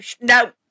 no